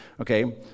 okay